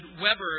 Weber